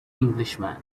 englishman